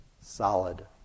solid